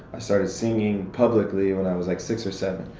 i started singing publicly when i was like, six or seven.